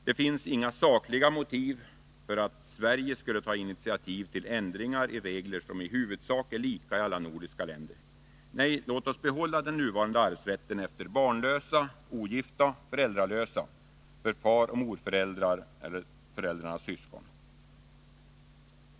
Det finns inga sakliga motiv för att Sverige skulle ta initiativ till ändringar av regler som i huvudsak är lika i alla nordiska länder. Nej, låt oss behålla den nuvarande arvsrätten efter barnlösa, ogifta, föräldralösa, för faroch morföräldrar och föräldrarnas syskon.